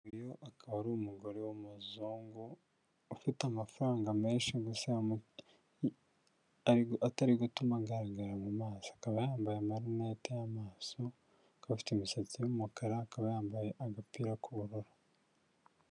Uyu akaba ari umugore w'umuzungu ufite amafaranga menshi atari gutuma agaragara mu maso, akaba yambaye amarinete y'amaso akaba afite imisatsi y'umukara akaba yambaye agapira k'ubururu.